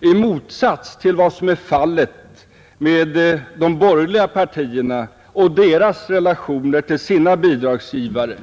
I motsats till vad som är fallet med de borgerliga partierna och deras relationer till sina bidragsgivare,